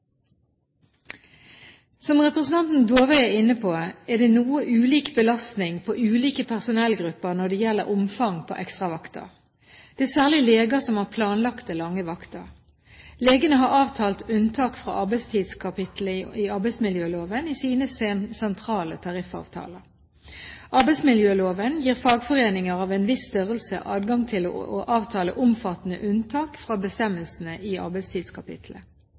Som representanten Dåvøy er inne på, er det noe ulik belastning på ulike personellgrupper når det gjelder omfang på ekstravakter. Det er særlig leger som har planlagte lange vakter. Legene har avtalt unntak fra arbeidstidskapitlet i arbeidsmiljøloven i sine sentrale tariffavtaler. Arbeidsmiljøloven gir fagforeninger av en viss størrelse adgang til å avtale omfattende unntak fra bestemmelsene i